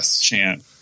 chant